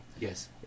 Yes